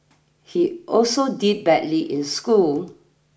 he also did badly in school